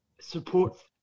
supports